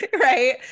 right